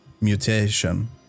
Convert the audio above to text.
mutation